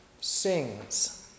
sings